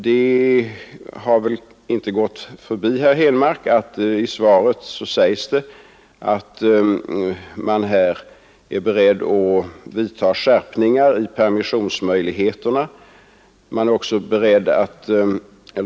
Det har väl inte gått förbi herr Henmark att jag i svaret säger att vi här är beredda att vidta skärpningar i möjligheterna till permission.